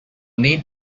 need